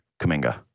Kaminga